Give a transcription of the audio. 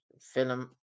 film